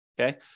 Okay